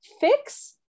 fix